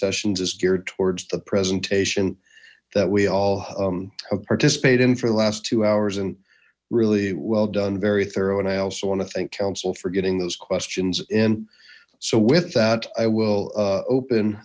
sessions is geared towards the presentation that we all participate in for the last two hours really well done very thorough and i also want to thank counsel for getting those questions in so with that i will open